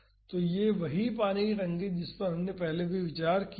तो यह वही पानी की टंकी है जिस पर हमने पहले विचार किया था